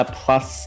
plus